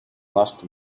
last